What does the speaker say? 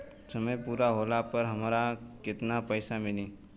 समय पूरा होला पर हमरा केतना पइसा मिली?